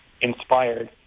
inspired